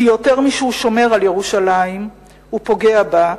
כי יותר משהוא שומר על ירושלים הוא פוגע בה.